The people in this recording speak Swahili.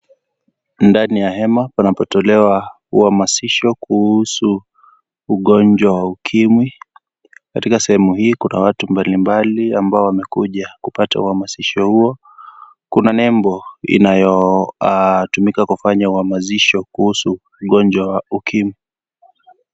Ndani ya hema panapotolewa uhamasisho kuhusu ugonjwa wa ukimwi, katika sehemu hii kuna watu mbalimbali ambao wamekuja kupata uhamasisho huo kuna nembo inayaotumika kufanya uhamasisho kuhusu ugonjwa wa ukimwi.